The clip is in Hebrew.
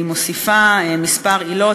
היא מוסיפה כמה עילות.